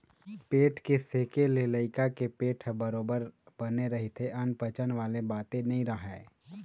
पेट के सेके ले लइका के पेट ह बरोबर बने रहिथे अनपचन वाले बाते नइ राहय